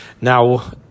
Now